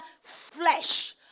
flesh